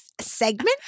segment